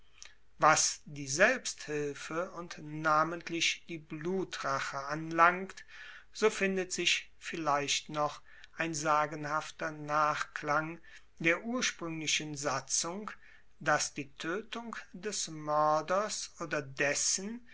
was die selbsthilfe und namentlich die blutrache anlangt so findet sich vielleicht noch ein sagenhafter nachklang der urspruenglichen satzung dass die toetung des moerders oder dessen